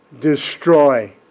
destroy